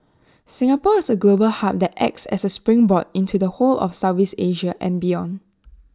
Singapore is A global hub that acts as A springboard into the whole of Southeast Asia and beyond